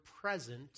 present